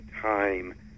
time